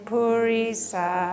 Purisa